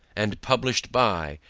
and published by,